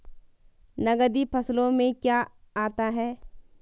नकदी फसलों में क्या आता है?